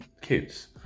kids